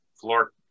floor